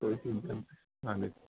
ਹਾਂਜੀ